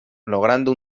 logrando